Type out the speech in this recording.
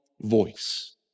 voice